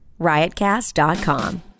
Riotcast.com